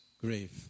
grave